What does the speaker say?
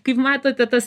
kaip matote tas